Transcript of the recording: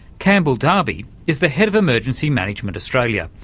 campbell darby is the head of emergency management australia,